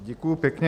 Děkuju pěkně.